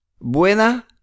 Buena